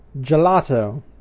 gelato